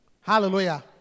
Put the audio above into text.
Hallelujah